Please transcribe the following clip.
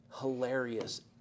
hilarious